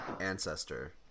ancestor